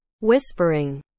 Whispering